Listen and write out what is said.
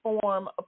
form